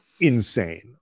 insane